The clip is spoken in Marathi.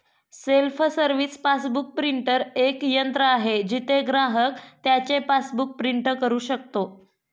सेल्फ सर्व्हिस पासबुक प्रिंटर एक यंत्र आहे जिथे ग्राहक त्याचे पासबुक प्रिंट करू शकतो